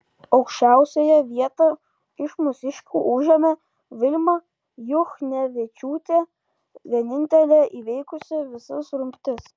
aukščiausiąją vietą iš mūsiškių užėmė vilma juchnevičiūtė vienintelė įveikusi visas rungtis